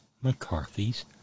McCarthy's